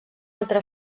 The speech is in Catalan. altra